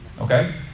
okay